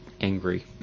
Angry